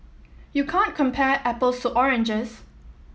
you can't compare apples to oranges